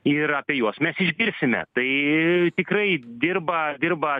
ir apie juos mes išgirsime tai tikrai dirba dirba